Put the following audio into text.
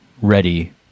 ready